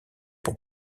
pour